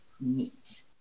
meet